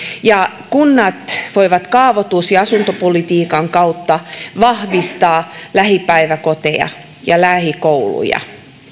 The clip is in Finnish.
ja kunnat voivat kaavoitus ja asuntopolitiikan kautta vahvistaa lähipäiväkoteja ja lähikouluja